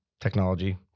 technology